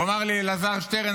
הוא אמר לי: אלעזר שטרן,